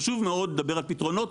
חשוב מאוד לדבר על פתרונות,